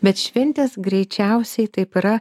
bet šventės greičiausiai taip yra